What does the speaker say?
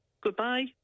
goodbye